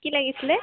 কি লাগিছিলে